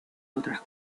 otras